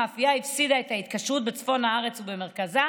המאפייה הפסידה את ההתקשרות בצפון הארץ ובמרכזה,